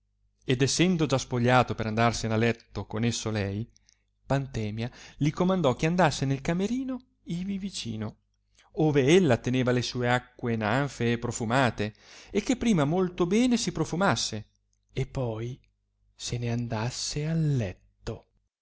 ed essendo già spogliato per andarsene a letto con esso lei pantemia li comandò che andasse nel camerino ivi vicino ove ella teneva le sue acque nanfe e profumate e che prima molto bene si profumasse e poi se n andasse al letto